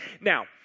Now